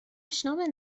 اشنا